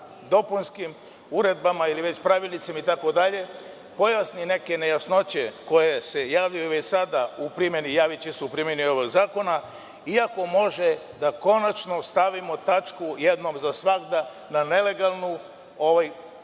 dopunskim uredbama ili već pravilnicima, itd, pojasni neke nejasnoće koje se javljaju već sada u primeni, javiće se u primeni ovog zakona i ako može da konačno stavimo tačku jednom za svagda na nelegalnu